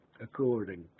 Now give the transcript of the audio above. according